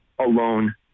alone